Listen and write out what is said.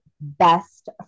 best